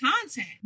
content